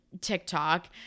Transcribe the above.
TikTok